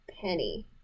Penny